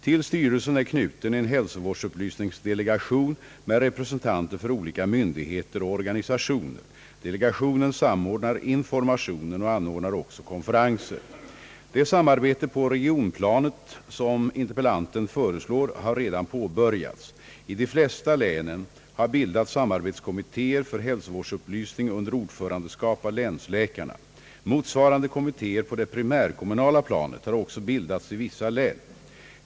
Till styrelsen är knuten en hälsovårdsupplysningsdelegation med representanter för olika myndigheter och organisationer. Delegationen samordnar informationen och anordnar också konferenser. Det samarbete på regionplanet som interpellanten föreslår har redan påbörjats. I de flesta länen har bildats samarbetskommittéer för hälsovårdsupplysning under ordförandeskap av länsläkarna. Motsvarande kommittéer på det primärkommunala planet har också bildats i vissa län.